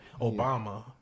Obama